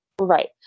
right